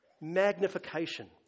Magnification